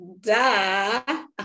duh